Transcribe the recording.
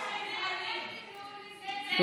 אל תקראו לזה סיפוח, כי זה אפרטהייד.